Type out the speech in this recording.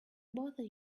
bother